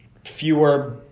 fewer